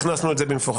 הכנסנו את זה במפורש.